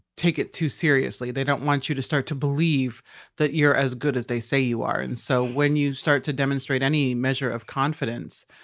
take it too seriously. they don't want you to start to believe that you're as good as they say you are. and so when you start to demonstrate any measure of confidence,